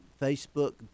Facebook